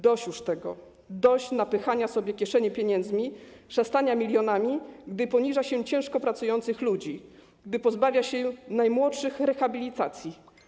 Dość już tego, dość napychania sobie kieszeni pieniędzmi, szastania milionami, gdy poniża się ciężko pracujących ludzi, gdy pozbawia się najmłodszych rehabilitacji.